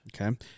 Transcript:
Okay